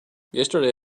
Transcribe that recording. yesterday